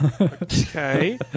Okay